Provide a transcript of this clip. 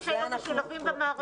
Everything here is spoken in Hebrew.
אלה ילדים שהיו משולבים במערכת,